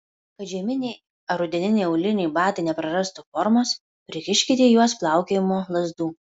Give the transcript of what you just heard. kad žieminiai ar rudeniniai auliniai batai neprarastų formos prikiškite į juos plaukiojimo lazdų